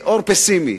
פסימי,